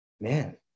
Man